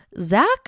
Zach